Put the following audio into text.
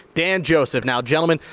dan joseph. now gentlemen,